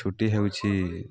ଛୁଟି ହେଉଛି